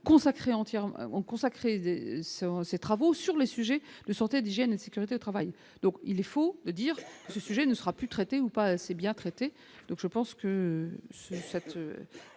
consacrés entièrement consacré ses travaux sur les sujets de santé, d'hygiène et sécurité au travail, donc il est faux de dire que ce sujet ne sera plus traité ou pas assez bien traitées. Donc je pense que cette